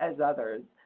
as others?